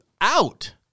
out